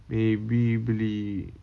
maybe beli